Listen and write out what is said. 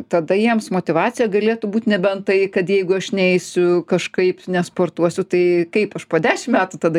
tada jiems motyvacija galėtų būt nebent tai kad jeigu aš neisiu kažkaip nesportuosiu tai kaip aš po dešim metų tada